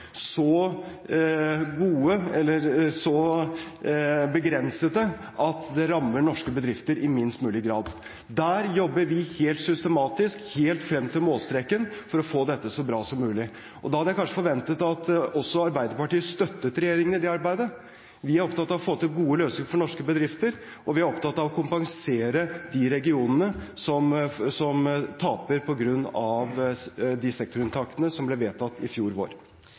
så gode, eller så begrensede, at det rammer norske bedrifter i minst mulig grad. Der jobber vi helt systematisk, helt frem til målstreken, for å få dette så bra som mulig, og da hadde jeg kanskje forventet at også Arbeiderpartiet støttet regjeringen i det arbeidet. Vi er opptatt av å få til gode løsninger for norske bedrifter, og vi er opptatt av å kompensere de regionene som taper på grunn av de sektorunntakene som ble vedtatt i fjor vår.